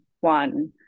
one